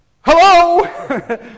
Hello